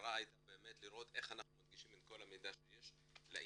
והמטרה הייתה באמת לראות איך אנחנו מנגישים את כל המידע שיש לאינטרנט.